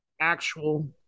actual